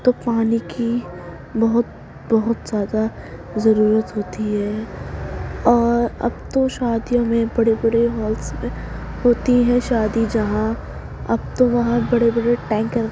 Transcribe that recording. تو پانی کی بہت بہت زیادہ ضرورت ہوتی ہے اور اب تو شادیوں میں بڑے بڑے ہالس میں ہوتی ہیں شادی جہاں اب تو وہاں بڑے بڑے ٹینکر